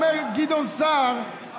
מה אומר גדעון סער?